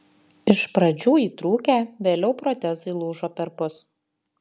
iš pradžių įtrūkę vėliau protezai lūžo perpus